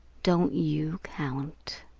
don't you count?